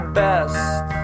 best